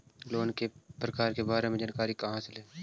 Loan के प्रकार के बारे मे जानकारी कहा से ले?